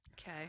Okay